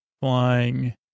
flying